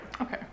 Okay